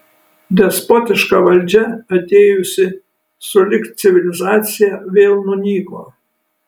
despotiška valdžia atėjusi sulig civilizacija vėl nunyko